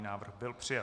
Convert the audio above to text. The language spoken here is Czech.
Návrh byl přijat.